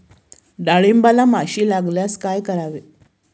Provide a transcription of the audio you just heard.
डाळींबाला माशी लागल्यास काय करावे?